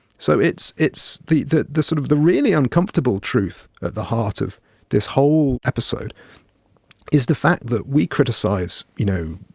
so it's it's the the sort of the really uncomfortable truth at the heart of this whole episode is the fact that we criticize, you know,